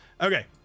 Okay